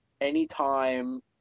anytime